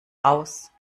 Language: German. raus